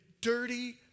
dirty